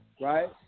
right